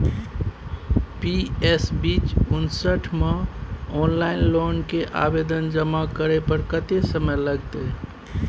PS B उनसठ म online loan के आवेदन जमा करै पर कत्ते समय लगतै?